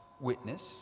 witness